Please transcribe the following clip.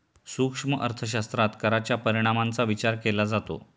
सूक्ष्म अर्थशास्त्रात कराच्या परिणामांचा विचार केला जातो